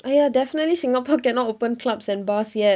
!aiya! definitely singapore cannot open clubs and bars yet